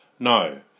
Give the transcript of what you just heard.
No